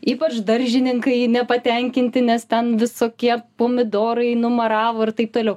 ypač daržininkai nepatenkinti nes ten visokie pomidorai numaravo ir taip toliau